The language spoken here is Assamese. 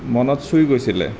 মনত চুই গৈছিলে